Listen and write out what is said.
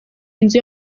inzu